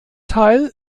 teil